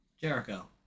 Jericho